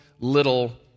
Little